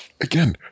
again